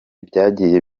byagiye